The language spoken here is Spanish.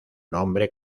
nombre